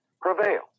prevail